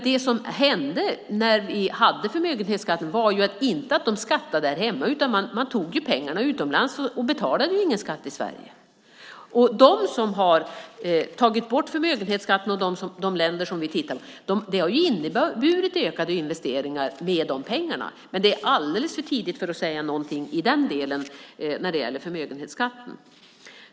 Det som dock hände när vi hade förmögenhetsskatten var att man flyttade pengarna utomlands och inte betalade någon skatt i Sverige. I de länder som har tagit bort förmögenhetsskatten har det inneburit ökade investeringar med de pengarna. Det är dock alldeles för tidigt för att säga något när det gäller förmögenhetsskatten i Sverige.